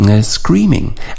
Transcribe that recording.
screaming